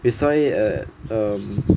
we saw it at um